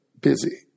busy